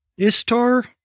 ISTAR